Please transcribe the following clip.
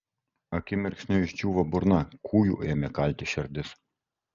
akimirksniu išdžiūvo burna kūju ėmė kalti širdis